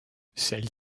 celles